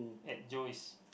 enjoys